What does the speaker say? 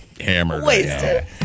hammered